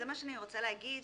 זה מה שאני רוצה להגיד,